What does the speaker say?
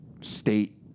state